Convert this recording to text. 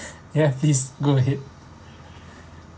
ya please go ahead